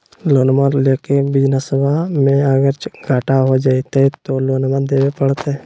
लोनमा लेके बिजनसबा मे अगर घाटा हो जयते तो लोनमा देवे परते?